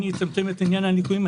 אני אצמצם את עניין הליקויים.